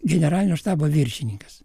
generalinio štabo viršininkas